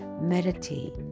Meditate